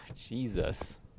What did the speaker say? Jesus